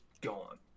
gone